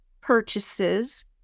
purchases